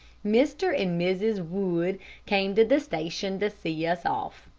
mr. and mrs. wood came to the station to see us off.